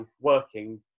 working